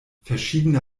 verschiedene